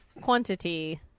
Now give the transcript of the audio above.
quantity